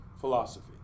philosophy